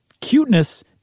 cuteness